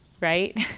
Right